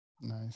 nice